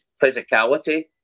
physicality